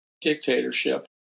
dictatorship